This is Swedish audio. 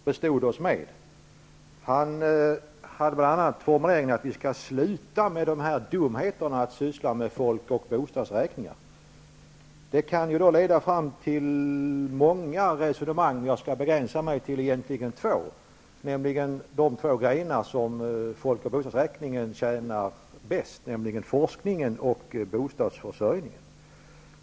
Herr talman! Det var ett något svajigt anförande som Richard Ulfvengren bestod oss med. Han sade bl.a. att vi skall sluta med dumheterna att syssla med folk och bostadsräkningar. Det kan leda fram till fler resonemang, men jag skall begränsa mig att beröra de två områden som folk och bostadsräkningar tjänar bäst, nämligen forskningen och bostadsförsörjningen.